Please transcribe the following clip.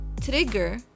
trigger